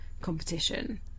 competition